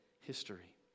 history